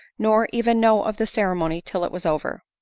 nor even know of the ceremony till it was over.